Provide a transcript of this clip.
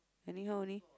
anyhow only